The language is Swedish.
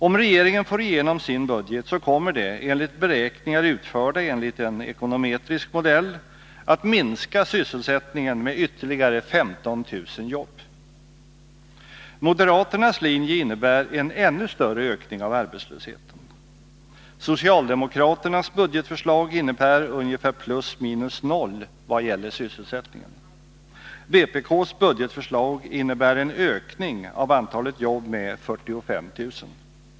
Om regeringen får igenom sin budget, kommer det enligt beräkningar utförda enligt en ekonometrisk modell att minska sysselsättningen med ytterligare 15 000 jobb. Moderaternas linje innebär en ännu större ökning av arbetslösheten. Socialdemokraternas budgetförslag innebär ungefär plus minus noll vad gäller sysselsättningen. Vpk:s bugetförslag innebär en ökning av antalet jobb med 45 000.